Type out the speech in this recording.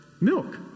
milk